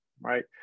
right